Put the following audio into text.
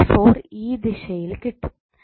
ഈ ദിശയിൽ കിട്ടും